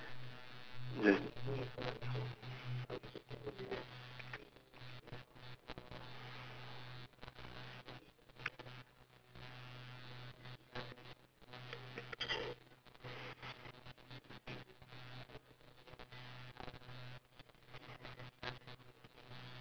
just